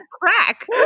crack